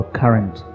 current